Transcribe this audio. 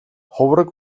хувраг